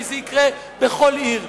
כי זה יקרה בכל עיר,